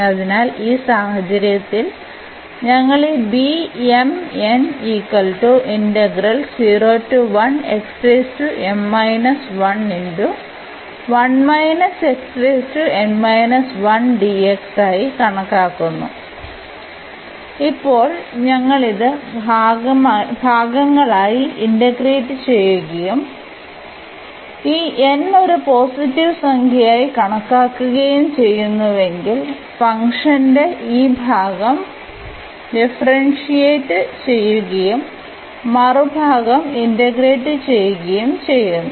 അതിനാൽ ഈ സാഹചര്യത്തിൽ ഞങ്ങൾ ഈ ആയി കണക്കാക്കുന്നു ഇപ്പോൾ ഞങ്ങൾ ഇത് ഭാഗങ്ങളായി ഇന്റഗ്രേറ്റ് ചെയ്യുകയും ഈ n ഒരു പോസിറ്റീവ് സംഖ്യയായി കണക്കാക്കുകയും ചെയ്യുന്നുവെങ്കിൽ ഫംഗ്ഷന്റെ ഈ ഭാഗം ഡിഫറെന്റഷിയേറ്റ് ചെയ്യുകയും മറുഭാഗങ്ങൾ ഇന്റഗ്രേഷൻ ചെയ്യുകയും ചെയ്യുന്നു